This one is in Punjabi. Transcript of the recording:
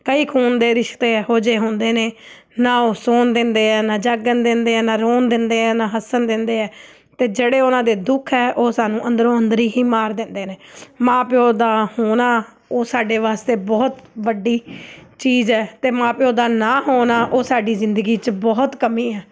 ਕਈ ਖੂਨ ਦੇ ਰਿਸ਼ਤੇ ਇਹੋ ਜਿਹੇ ਹੁੰਦੇ ਨੇ ਨਾ ਉਹ ਸੋਣ ਦਿੰਦੇ ਆ ਨਾ ਜਾਗਣ ਦਿੰਦੇ ਆ ਨਾ ਰੋਣ ਦਿੰਦੇ ਆ ਨਾ ਹੱਸਣ ਦਿੰਦੇ ਹੈ ਅਤੇ ਜਿਹੜੇ ਉਹਨਾਂ ਦੇ ਦੁੱਖ ਹੈ ਉਹ ਸਾਨੂੰ ਅੰਦਰੋਂ ਅੰਦਰੀ ਹੀ ਮਾਰ ਦਿੰਦੇ ਨੇ ਮਾਂ ਪਿਓ ਦਾ ਹੋਣਾ ਉਹ ਸਾਡੇ ਵਾਸਤੇ ਬਹੁਤ ਵੱਡੀ ਚੀਜ਼ ਹੈ ਅਤੇ ਮਾਂ ਪਿਓ ਦਾ ਨਾ ਹੋਣਾ ਉਹ ਸਾਡੀ ਜ਼ਿੰਦਗੀ 'ਚ ਬਹੁਤ ਕਮੀ ਹੈ